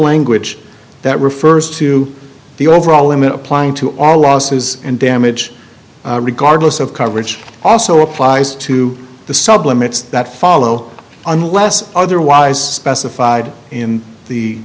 language that refers to the overall in applying to or losses in damage regardless of coverage also applies to the sub limits that follow unless otherwise specified in